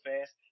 fast